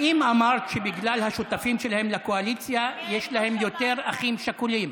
האם אמרת שבגלל השותפים שלהם לקואליציה יש להם יותר אחים שכולים?